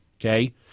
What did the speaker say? okay